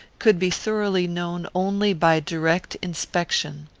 could be thoroughly known only by direct inspection.